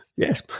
yes